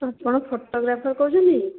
ଆପଣ ଫଟୋଗ୍ରାଫର୍ କହୁଛନ୍ତି